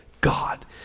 God